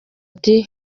ati